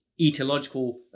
etiological